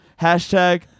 Hashtag